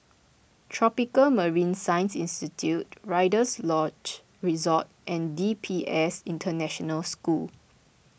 Tropical Marine Science Institute Rider's Lodge Resort and D P S International School